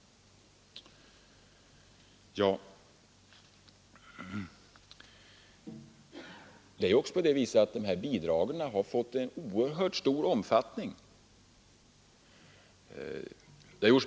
Dessa AMS-bidrag har fått en oerhört stor omfattning.